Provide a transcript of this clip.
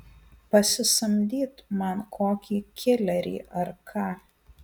pasisamdyt man kokį kilerį ar ką